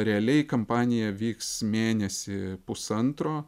realiai kampanija vyks mėnesį pusantro